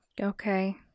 Okay